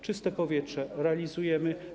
Czyste powietrze˝ - realizujemy.